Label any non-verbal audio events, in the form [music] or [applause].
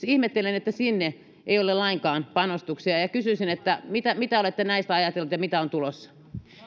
[unintelligible] ihmettelen että hanko hyvinkää tielle ei ole lainkaan panostuksia ja ja kysyisin mitä mitä olette näistä ajatellut ja mitä on tulossa